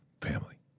family